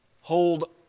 hold